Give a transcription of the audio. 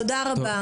שחאדה,